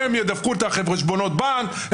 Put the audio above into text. הם ידווחו את חשבונות בנק.